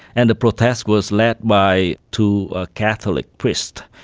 and the protest was led by two catholic priests.